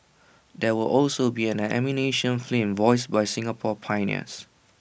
there will also be an animation film voiced by Singapore pioneers